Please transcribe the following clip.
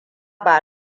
ba